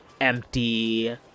empty